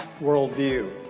worldview